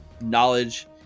knowledge